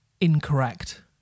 incorrect